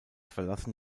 verlassen